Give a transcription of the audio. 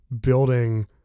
building